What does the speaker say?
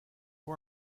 hoe